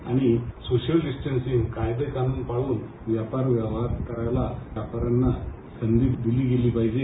आणि social distancing व कायदे कानून पाळून व्यापार व्यवहार करायला व्यापाऱ्यांना संधी दिली गेली पाहिजे